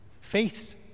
Faith's